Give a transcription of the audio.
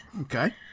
Okay